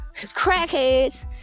Crackheads